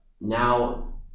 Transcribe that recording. Now